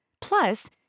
Plus